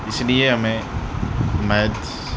اِس لیے ہمیں میتھس